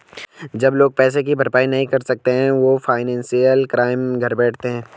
जब लोग पैसे की भरपाई नहीं कर सकते वो फाइनेंशियल क्राइम कर बैठते है